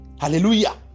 Hallelujah